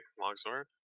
longsword